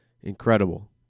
Incredible